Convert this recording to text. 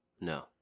No